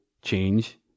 change